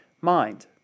mind